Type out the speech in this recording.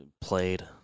played